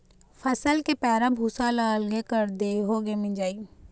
फसल के पैरा भूसा ल अलगे कर देए होगे मिंजई